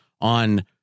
on